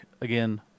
again